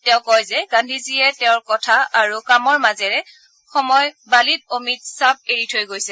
তেওঁ কয় যে গান্ধীজীয়ে তেওঁৰ কথা আৰু কামৰ মাজেৰে সময় বালিত অমিত ছাপ এৰি থৈ গৈছে